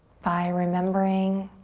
by remembering